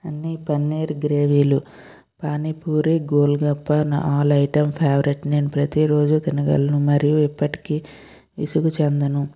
అన్నీ పన్నీర్ గ్రేవీలు పానీపూరి గోలగప్ప నా ఆల్ ఐటెం నా ఫెవరెట్ నేను ప్రతిరోజు తినగలను మరియు ఇప్పటికి విసుగు చెందను